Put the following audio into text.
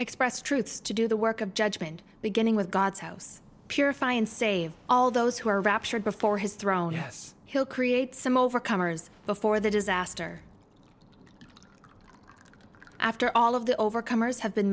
express truths to do the work of judgment beginning with god's house purify and save all those who are raptured before his throne yes he'll create some overcomers before the disaster after all of the overcomers have been